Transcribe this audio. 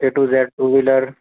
a to Z two wheeler